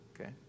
Okay